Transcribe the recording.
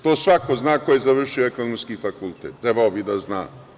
To svako zna ko je završio ekonomski fakultet, trebalo bi da zna.